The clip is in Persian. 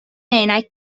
عینک